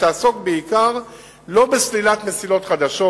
שתעסוק בעיקר לא בסלילת מסילות חדשות,